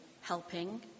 helping